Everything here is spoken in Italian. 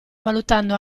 valutando